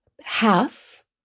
half